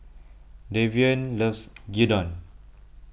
Davion loves Gyudon